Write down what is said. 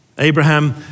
Abraham